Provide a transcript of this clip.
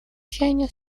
чаяния